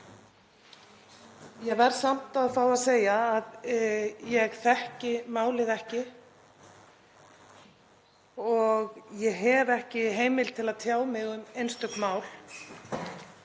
Ég verð samt að segja að ég þekki málið ekki og ég hef ekki heimild til að tjá mig um einstök mál.